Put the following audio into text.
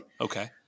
Okay